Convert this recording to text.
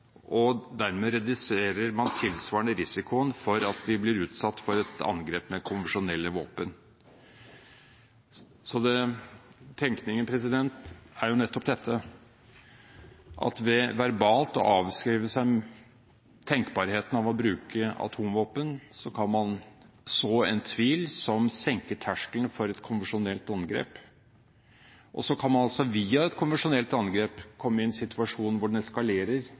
og dermed reduserer man tilsvarende risikoen for at vi blir utsatt for et angrep med konvensjonelle våpen. Tenkningen er nettopp dette, at ved verbalt å avskrive seg tenkbarheten av å bruke atomvåpen, kan man så en tvil som senker terskelen for et konvensjonelt angrep, og så kan man altså via et konvensjonelt angrep komme i en situasjon hvor den eskalerer